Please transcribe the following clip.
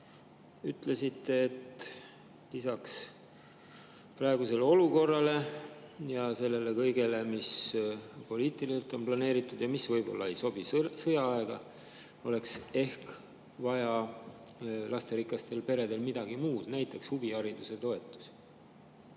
ütlesite, et lisaks praegusele olukorrale ja sellele kõigele, mis poliitiliselt on planeeritud ja mis võib-olla ei sobi sõjaaega, oleks ehk vaja lasterikastel peredel midagi muud, näiteks huvihariduse toetusi.